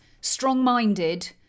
strong-minded